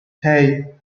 hey